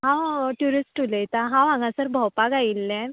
हांव ट्युरिस्ट उलयतां हांव हांगासर भोंवपाक आयिल्लें